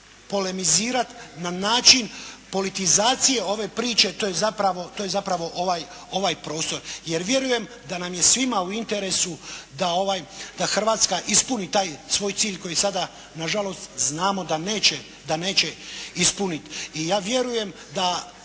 polemizirati na način politizacije ove priče to je zapravo ovaj prostor jer vjerujem da nam je svima u interesu da Hrvatska ispuni taj svoj cilj koji sada nažalost znamo da neće ispuniti. I ja vjerujem da,